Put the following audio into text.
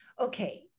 Okay